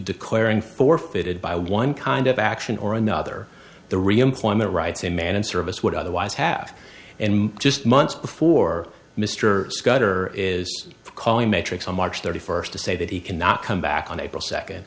declaring forfeited by one kind of action or another the reemployment rights a man in service would otherwise have and just months before mr scudder is calling matrix on march thirty first to say that he cannot come back on april second